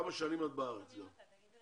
וכמה שנים את בארץ גם.